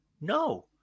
No